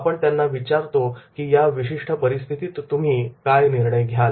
आपण त्यांना विचारतो की या परिस्थितीत तुम्ही काय निर्णय घ्याल